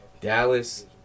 Dallas